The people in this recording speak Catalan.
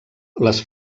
les